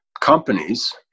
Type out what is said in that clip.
companies